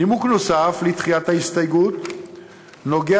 נימוק נוסף לדחיית ההסתייגות נוגע